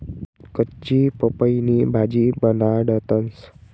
कच्ची पपईनी भाजी बनाडतंस